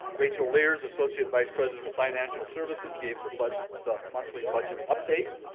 rachel lierz, associate vice president of financial services, gave the but the monthly budget update,